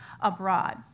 abroad